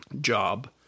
job